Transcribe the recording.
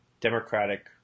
democratic